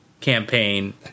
campaign